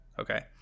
okay